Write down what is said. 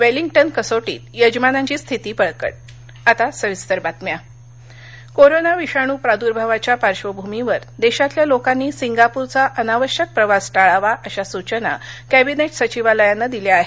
Wellington कसोटीत यजमानांची स्थिती बळकट आता सविस्तर बातम्या कोरोना कोरोना विषाणू प्रद्भावाच्या पार्श्वभूमीवर देशातल्या लोकांनी सिंगापूरचा अनावश्यक प्रवास टाळावा अशा सूचना कॅबिनेट सचिवालयानं दिल्या आहेत